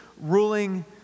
ruling